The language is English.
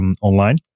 online